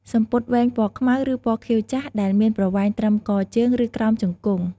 សំពត់វែង ពណ៌ខ្មៅ ឬពណ៌ខៀវចាស់ ដែលមានប្រវែងត្រឹម កជើង ឬក្រោមជង្គង់។